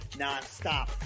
Nonstop